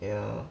yeah